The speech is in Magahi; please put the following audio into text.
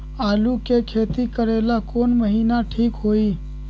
आलू के खेती करेला कौन महीना ठीक होई?